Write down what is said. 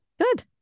Good